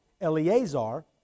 Eleazar